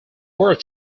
word